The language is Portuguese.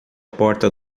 porta